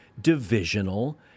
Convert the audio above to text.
divisional